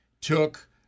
took